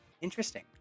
Interesting